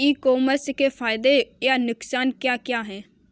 ई commerce के फायदे या नुकसान क्या क्या हैं?